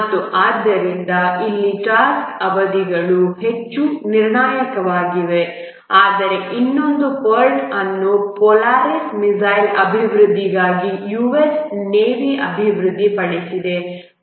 ಮತ್ತು ಆದ್ದರಿಂದ ಇಲ್ಲಿ ಟಾಸ್ಕ್ ಅವಧಿಗಳು ಹೆಚ್ಚು ನಿರ್ಣಾಯಕವಾಗಿವೆ ಆದರೆ ಇನ್ನೊಂದು PERT ಅನ್ನು ಪೋಲಾರಿಸ್ ಮಿಸೈಲ್ ಅಭಿವೃದ್ಧಿಗಾಗಿ US ನೇವಿ ಅಭಿವೃದ್ಧಿಪಡಿಸಿದೆ